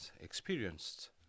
experienced